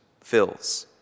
fills